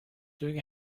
doing